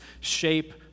shape